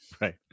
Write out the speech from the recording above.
Right